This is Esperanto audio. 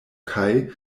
kaj